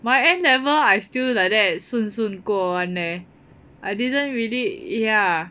my N level I still like that 顺顺过 [one] leh I didn't really ya